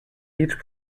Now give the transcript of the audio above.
each